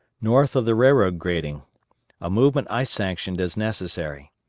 north of the railroad grading a movement i sanctioned as necessary.